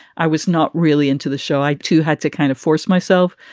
i was not really into the show. i too had to kind of force myself.